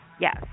yes